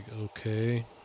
okay